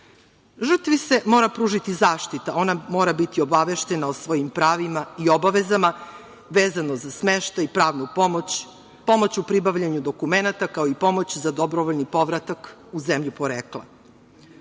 Žrtvi se mora pružiti zaštita, ona mora biti obaveštena o svojim pravima i obavezama vezano za smeštaj, pravnu pomoć, pomoć u pribavljanje dokumenata, kao i pomoć za dobrovoljni povratak u zemlju porekla. Ovaj